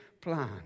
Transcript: plan